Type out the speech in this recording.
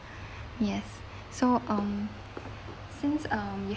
yes so um since um you had